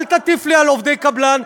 אל תטיף לי על עובדי קבלן,